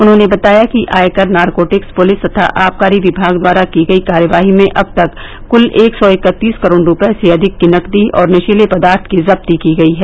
उन्होंने बताया कि आयकर नारकोटिक्स पुलिस तथा आबकारी विभाग द्वारा की गयी कार्यवाही में अब तक क्ल एक सौ इक्कतीस करोड़ रुपये से अधिक नकदी और नशीले पदार्थ की जब्ती की गई है